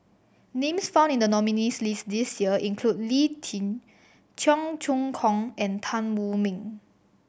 names found in the nominees' list this year include Lee Tjin Cheong Choong Kong and Tan Wu Meng